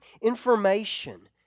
information